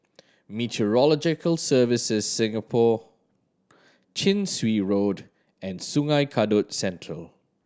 Meteorological Services Singapore Chin Swee Road and Sungei Kadut Central